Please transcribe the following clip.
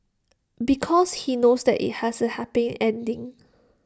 because he knows that IT has A happy ending